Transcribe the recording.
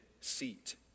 seat